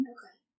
Okay